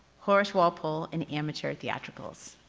horace walpole and amateur theatricals.